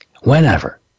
whenever